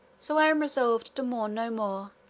so i am resolved to mourn no more,